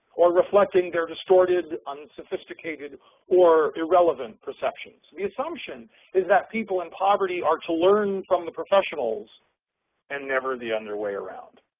or reflecting their distorted, unsophisticated or irrelevant perceptions. the assumption is that people in poverty are to learn from the professionals and never the and other way around.